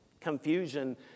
confusion